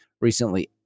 recently